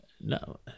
No